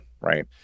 right